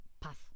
path